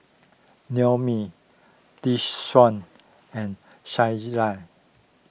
Naomi Desean and Shayla